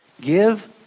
give